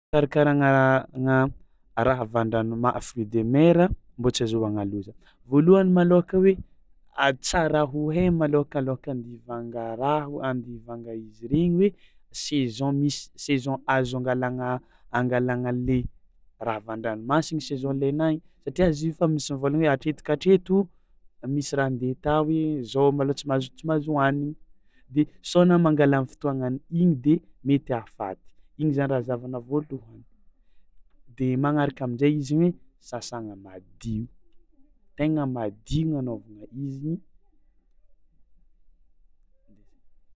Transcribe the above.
Fikarakaragna agna raha avy an-dranoma- fruits de mer mbô tsy azahoagna loza, voalohany malôhaka hoe a tsara ho hay malôhaka alôhaka andia hivanga raha ho- andia hivanga izy iregny hoe saison misy saison azo angalagna angalagna le raha avy an-dranomasiny saison alainà i satria izy i fa misy mivôlagna hoe hatreto ka hatreto misy raha andeha atao hoe zao malôha tsy mahazo tsy mahazo hohanigny de sao anao mangala am'fotoagnan'ny igny de mety hahafaty igny zany raha zahavana voalohany de magnaraka amin-jay izy ny hoe sasagna madio tegna madio agnanaovagna iziny, de zay.